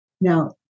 Now